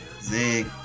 Zig